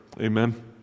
Amen